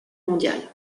mondiale